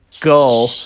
go